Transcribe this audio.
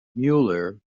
mueller